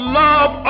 love